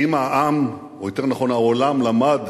האם העם, או יותר נכון העולם, למד